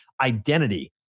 identity